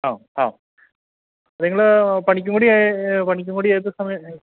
ആ ആ നിങ്ങൾ പണിക്കും കുടി ഏ പണിക്കും കുടി ഏത് സമയം